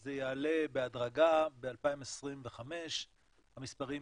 וזה יעלה בהדרגה, ב-2025 המספרים